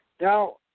Now